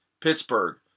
Pittsburgh